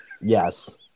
Yes